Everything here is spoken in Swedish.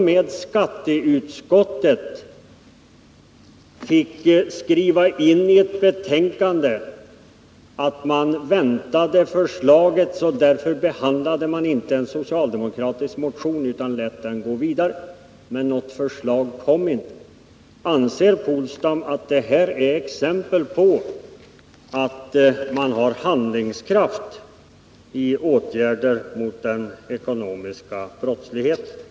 m. skatteutskottet fick skriva in i ett betänkande att utskottet väntade förslag, varför det inte behandlade en socialdemokratisk motion utan lät den gå vidare. Men något förslag kom inte. Anser Åke Polstam att det här är exempel på att man har handlingskraft när det gäller åtgärder mot den ekonomiska brottsligheten?